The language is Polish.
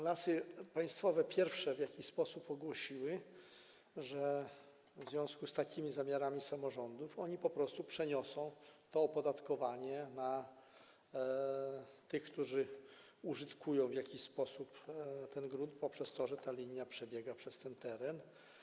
Lasy Państwowe pierwsze w jakiś sposób ogłosiły, że w związku z takimi zamiarami samorządów po prostu przeniosą to opodatkowanie na tych, którzy użytkują w jakiś sposób ten grunt poprzez to, że ta linia przebiega przez ten teren.